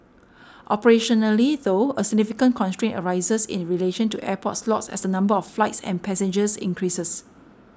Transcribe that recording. operationally though a significant constraint arises in relation to airport slots as the number of flights and passengers increases